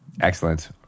Excellent